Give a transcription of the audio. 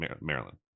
Maryland